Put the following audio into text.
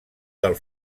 del